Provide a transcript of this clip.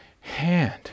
hand